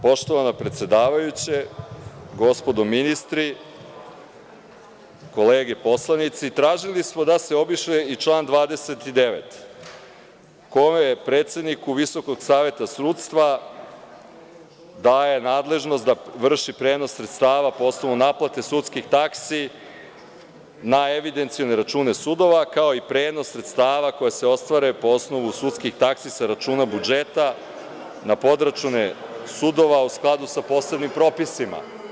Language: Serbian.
Poštovana predsedavajuća, gospodo ministri, tražili smo da se obriše i član 29. koji predsedniku Visokog saveta sudstva daje nadležnost da vrši prenos sredstava po osnovu naplate sudskih taksi na evidencione račune sudova, kao i prenos sredstava koja se ostvare po osnovu sudskih taksi sa računa budžeta na podračune sudova, u skladu sa posebnim propisima.